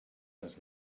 does